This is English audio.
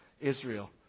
Israel